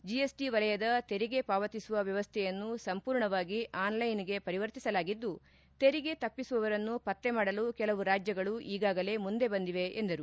GST ವಲಯದ ತೆರಿಗೆ ಪಾವತಿಸುವ ವ್ಯವಸ್ಥೆಯನ್ನು ಸಂಪೂರ್ಣವಾಗಿ ಆನ್ಲೈನ್ಗೆ ಪರಿವರ್ತಿಸಲಾಗಿದ್ದು ತೆರಿಗೆ ತಪ್ಪಿಸುವವರನ್ನು ಪತ್ತೆ ಮಾಡಲು ಕೆಲವು ರಾಜ್ಯಗಳು ಈಗಾಗಲೇ ಮುಂದೆ ಬಂದಿವೆ ಎಂದರು